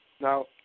Now